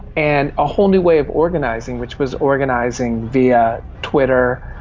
and a whole new way of organising, which was organising via twitter,